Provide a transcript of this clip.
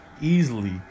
easily